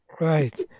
Right